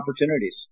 opportunities